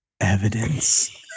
evidence